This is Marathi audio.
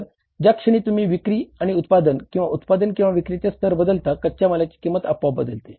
तर ज्या क्षणी तुम्ही विक्री आणि उत्पादन किंवा उत्पादन किंवा विक्रीची स्तर बदलता कच्च्या मालाची किंमत आपोआप बदलते